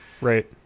Right